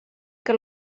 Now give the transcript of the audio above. que